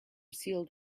sealed